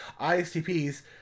ISTPs